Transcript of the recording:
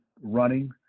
running